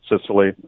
Sicily